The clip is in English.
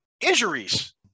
Injuries